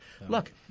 Look